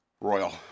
Royal